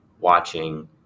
watching